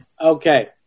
Okay